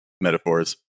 metaphors